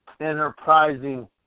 enterprising